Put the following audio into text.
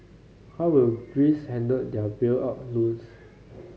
how will Greece handle their bailout loans